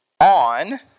on